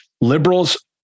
liberals